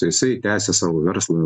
jisai tęsia savo verslą